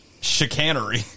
chicanery